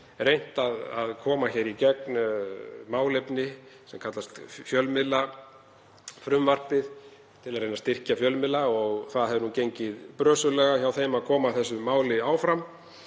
reynt að koma í gegn máli sem kallast fjölmiðlafrumvarpið, til að reyna að styrkja fjölmiðla. Það hefur gengið brösuglega hjá þeim að koma því máli áfram